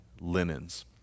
linens